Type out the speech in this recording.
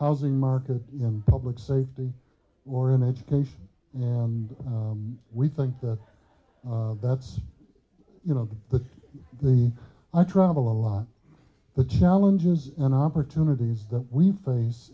housing market and public safety or in education and we think that that's you know but the i travel a lot the challenges and opportunities that we face